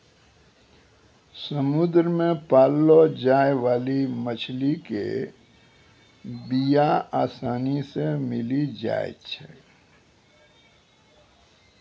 समुद्र मे पाललो जाय बाली मछली के बीया आसानी से मिली जाई छै